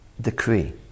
decree